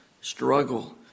struggle